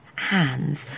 hands